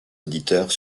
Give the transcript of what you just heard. auditeurs